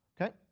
Okay